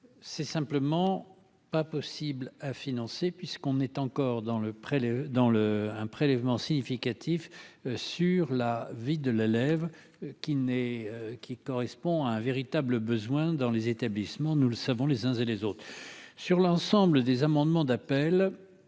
c'est simplement pas possible à financer puisqu'on est encore dans le pré, les dans le un prélèvement significatif sur la vie de l'élève qui n'est, qui correspond à un véritable besoin dans les établissements, nous le savons les uns et les autres sur l'ensemble des amendements d'appel